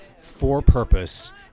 for-purpose